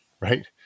right